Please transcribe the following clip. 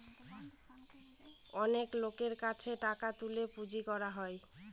অনেক লোকের কাছে টাকা তুলে পুঁজি করা হয়